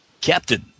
Captain